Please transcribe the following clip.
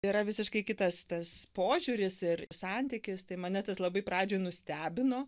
yra visiškai kitas tas požiūris ir santykis tai mane tas labai pradžiai nustebino